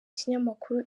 kinyamakuru